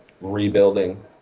rebuilding